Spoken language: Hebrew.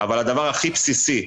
אבל הדבר הכי בסיסי,